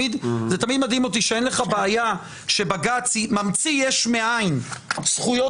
זה תמיד מדהים אותי שאין לך בעיה שבג"ץ ממציא יש מאין זכויות